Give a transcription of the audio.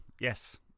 yes